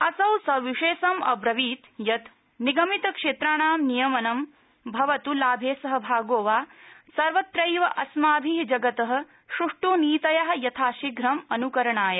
असौ सविशेषं अब्रवीत यत् निगमितक्षेत्राणां नियमनं भवत लाभे सहभागो वा सर्वत्रद्व अस्माभि जगत सृष्ठ नीतय यथाशीघ्रं अन्करणीया